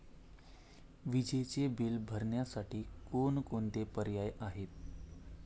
विजेचे बिल भरण्यासाठी कोणकोणते पर्याय आहेत?